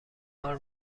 کار